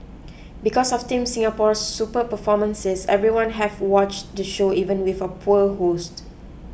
because of Team Singapore's superb performances everyone have watch the show even with a poor host